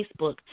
Facebook